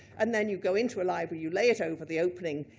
and then you go into a library, you lay it over the opening,